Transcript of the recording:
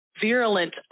virulent